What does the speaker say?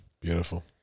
Beautiful